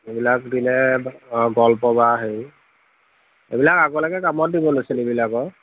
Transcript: এইবিলাক দিনে অঁ গল্প বা হেৰি এইবিলাক আগলেকে কামত দিব ল'ৰা ছোৱালী এইবিলাকৰ